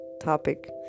topic